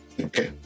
okay